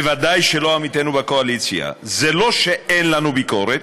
ודאי שלא עמיתינו בקואליציה: זה לא שאין לנו ביקורת.